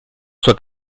sua